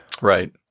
right